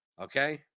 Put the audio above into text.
Okay